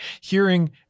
hearing